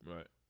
Right